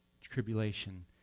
tribulation